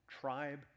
tribe